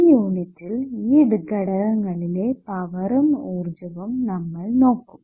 ഈ യൂണിറ്റിൽ ഈ ഘടകങ്ങളിലെ പവറും ഊർജ്ജവും നമ്മൾ നോക്കും